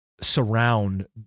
surround